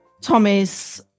Tommy's